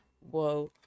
Whoa